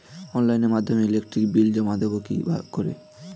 অনলাইনের মাধ্যমে electric bill জমা দেবো কি করে?